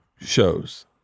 shows